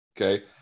Okay